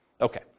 Okay